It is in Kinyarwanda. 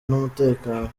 n’umutekano